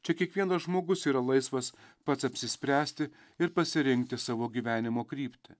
čia kiekvienas žmogus yra laisvas pats apsispręsti ir pasirinkti savo gyvenimo kryptį